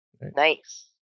Nice